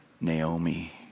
Naomi